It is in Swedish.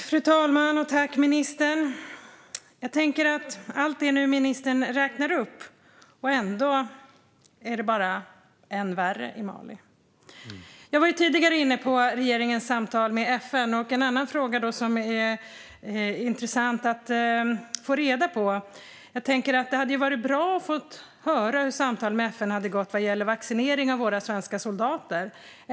Fru talman! Trots allt som ministern räknade upp blir det bara värre i Mali. Jag var tidigare inne på regeringens samtal med FN, och det finns en annan fråga som det hade varit intressant att få svar på. Det hade varit bra att få höra hur samtalen med FN har gått vad gäller vaccinering av våra svenska soldater.